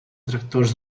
tractors